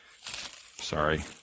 Sorry